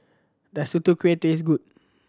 does Tutu Kueh taste good